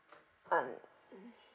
und~